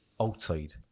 outside